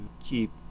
keep